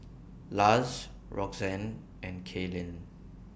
Luz Roxanne and Kaelyn